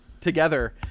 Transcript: together